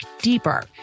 deeper